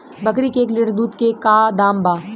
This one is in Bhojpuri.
बकरी के एक लीटर दूध के का दाम बा?